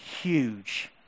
huge